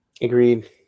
agreed